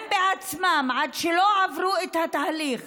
הם בעצמם, עד שלא עברו את התהליך